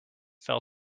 fell